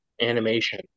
animation